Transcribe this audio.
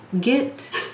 get